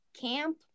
camp